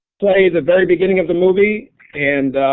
play the very beginning of the movie and